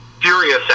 furious